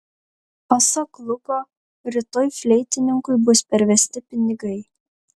pasak luko rytoj fleitininkui bus pervesti pinigai